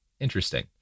interesting